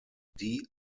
die